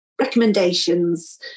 recommendations